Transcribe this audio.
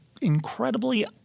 incredibly